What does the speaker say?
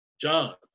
John